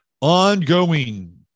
ongoing